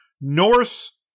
Norse